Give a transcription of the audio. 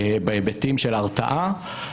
בהיבטים של הרתעה.